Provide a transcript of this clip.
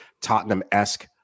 Tottenham-esque